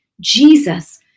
Jesus